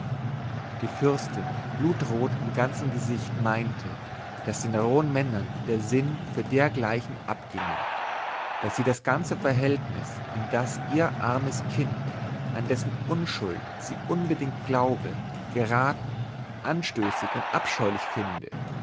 die fürstin blutrot im ganzen gesicht meinte daß den rohen männern der sinn für dergleichen abginge daß sie das ganze verhältnis in das ihr armes kind an dessen unschuld sie unbedingt glaube geraten anstößig und abscheulich finde